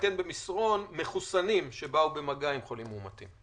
במסרון מחוסנים שבאו במגע עם חולים מאומתים?